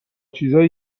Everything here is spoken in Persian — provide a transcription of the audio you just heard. چیزای